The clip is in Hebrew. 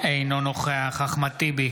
אינו נוכח אחמד טיבי,